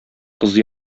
кыз